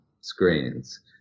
screens